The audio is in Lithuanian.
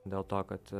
dėl to kad